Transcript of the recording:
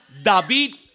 David